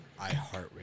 iHeartRadio